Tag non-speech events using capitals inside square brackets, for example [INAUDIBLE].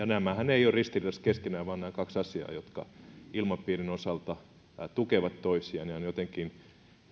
[UNINTELLIGIBLE] nämähän eivät ole ristiriidassa keskenään vaan nämä ovat kaksi asiaa jotka ilmapiirin osalta tukevat toisiaan ja on jotenkin